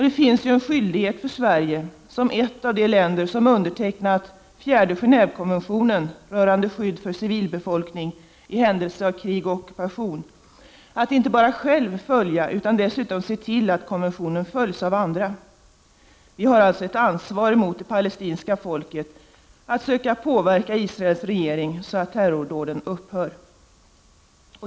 Det finns en skyldighet för Sverige, som är ett av de länder som undertecknat den 4:e Genévekonventionen rörande skydd för civilbefolkningen i händelse av krig och ockupation, att inte bara självt följa den, utan dessutom se till att konventionen följs av andra. Vi har alltså ett ansvar mot det palestinska folket att söka påverka Israels regering så att terrordåden upphör.